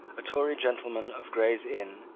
a tory gentleman of gray's inn,